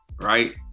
right